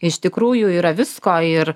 iš tikrųjų yra visko ir